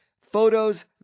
Photos